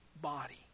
body